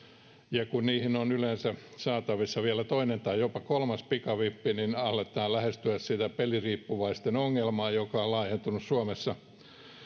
ja kun niihin on yleensä saatavissa vielä toinen tai jopa kolmas pikavippi niin aletaan lähestyä sitä peliriippuvaisten ongelmaa joka on laajentunut suomessa